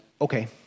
Okay